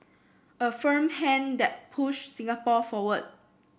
a firm hand that pushed Singapore forward